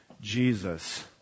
Jesus